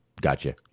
gotcha